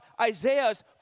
Isaiah's